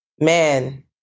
man